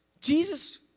Jesus